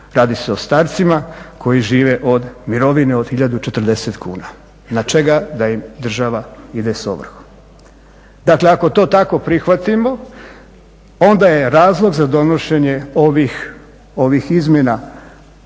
Radi se o starcima koji žive od mirovine od hiljadu i 40 kuna. Na čega da im država ide sa ovrhom. Dakle ako to tako prihvatimo onda je razlog za donošenje ovih izmjena